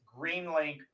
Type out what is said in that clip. greenlink